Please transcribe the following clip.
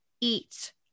eat